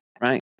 right